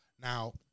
Now